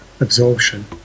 absorption